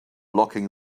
locking